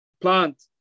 plant